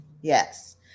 yes